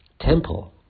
Temple